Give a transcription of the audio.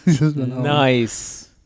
Nice